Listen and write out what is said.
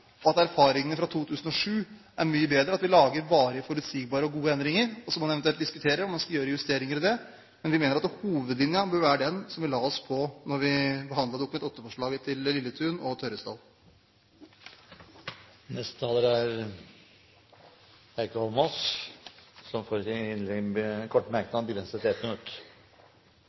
er gode. Erfaringene fra 2007 er mye bedre. Vi laget varige, forutsigbare og gode endringer, og så må man eventuelt diskutere om man skal gjøre justeringer der. Men vi mener at hovedlinjen bør være den som vi la oss på da vi behandlet Dokument nr. 8-forslaget fra Lilletun og Tørresdal. Representanten Heikki Holmås har hatt ordet to ganger tidligere og får ordet til en kort merknad, begrenset til 1 minutt.